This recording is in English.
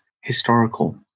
historical